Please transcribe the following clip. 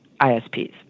ISPs